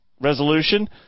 resolution